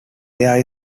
there